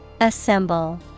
Assemble